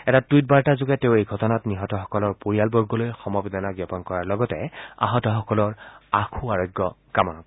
এটা টুইট বাৰ্তাযোগে তেওঁ এই ঘটনাত নিহতসকলৰ পৰিয়াললৈ সমবেদনা জ্ঞাপন কৰাৰ লগতে আহতসকলৰ আশুআৰোগ্য কামনা কৰে